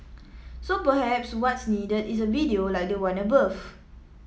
so perhaps what's needed is a video like the one above